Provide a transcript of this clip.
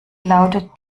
lautet